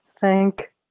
Thank